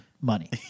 money